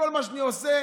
כל מה שאני עושה,